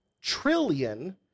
trillion